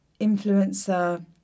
influencer